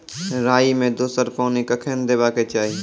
राई मे दोसर पानी कखेन देबा के चाहि?